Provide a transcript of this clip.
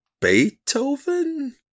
Beethoven